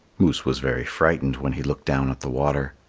moose was very frightened when he looked down at the water.